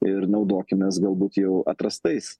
ir naudokimės galbūt jau atrastais